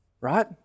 right